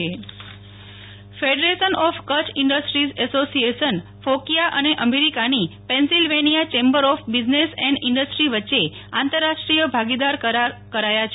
Nehal Thakkar FOKIA ને Pennsylvania કરાર federation of Kutch industries association FOKIA અને અમેરિકાની Pennsylvania chamber of business and industry વચ્ચે આંતરરાષ્ટ્રીય ભાગીદાર કરાર કરાય છે